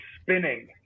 spinning